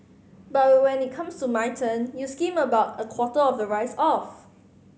but when it comes to my turn you skim about a quarter of the rice off